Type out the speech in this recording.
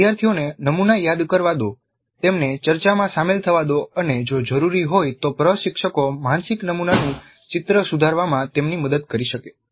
વિદ્યાર્થીઓને નમુના યાદ કરવા દો તેમને ચર્ચામાં સામેલ થવા દો અને જો જરૂરી હોય તો પ્રશિક્ષકો માનસિક નમુના નું ચિત્ર સુધારવામાં તેમની મદદ કરી શકે